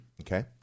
Okay